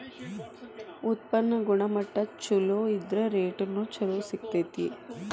ಉತ್ಪನ್ನ ಗುಣಮಟ್ಟಾ ಚುಲೊ ಇದ್ರ ರೇಟುನು ಚುಲೊ ಸಿಗ್ತತಿ